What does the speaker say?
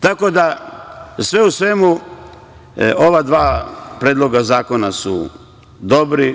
Tako da sve u svemu ova dva predloga zakona su dobri.